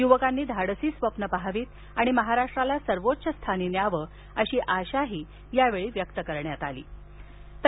युवकांनी धाडसी स्वप्न पहावीत आणि महाराष्ट्राला सर्वोच्च स्थानी न्यावं अशी आशाही यावेळी व्यक्त केली गेली